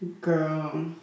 Girl